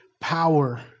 power